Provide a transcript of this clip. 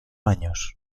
años